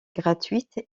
gratuites